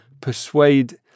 persuade